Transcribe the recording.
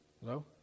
Hello